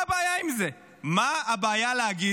מה הבעיה עם זה?